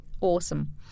Awesome